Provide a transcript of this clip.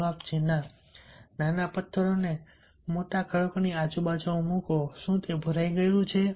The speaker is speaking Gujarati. જવાબ છે ના નાના પત્થરોને મોટા ખડકોની આજુબાજુ મુકો શું તે ભરાઈ ગયું છે